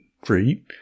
great